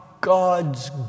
God's